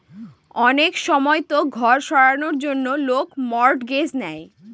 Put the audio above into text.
অনেক সময়তো ঘর সারানোর জন্য লোক মর্টগেজ নেয়